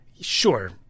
sure